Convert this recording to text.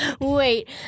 Wait